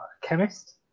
Chemist